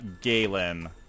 Galen